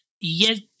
yes